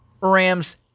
Rams